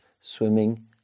swimming